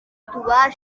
tubashe